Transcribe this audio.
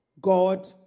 God